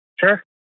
Sure